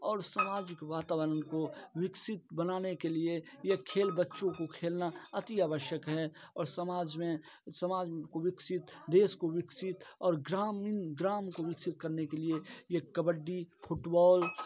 और सामाजिक वातावरण को विकसित बनाने के लिए यह खेल बच्चों को खेलना अति आवश्यक है और समाज में समाज को विकसित देश को विकसित और ग्रामीण ग्राम को विकसित करने के लिए यह कबड्डी फुटबॉल